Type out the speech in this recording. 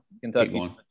Kentucky